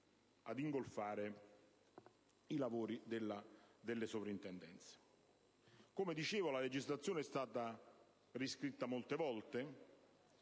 Come dicevo, la normativa è stata riscritta molte volte,